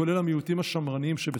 כולל המיעוטים השמרניים שבתוכה.